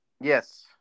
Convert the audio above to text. Yes